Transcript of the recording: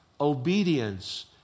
obedience